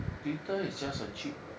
glitter is just a cheap